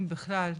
אם בכלל,